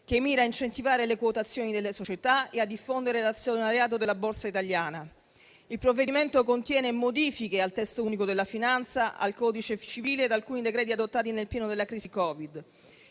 che mira a incentivare le quotazioni delle società e a diffondere l'azionariato della borsa italiana. Il provvedimento contiene modifiche al testo unico della finanza, al codice civile e ad alcuni decreti adottati nel pieno della crisi Covid